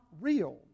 real